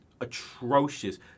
atrocious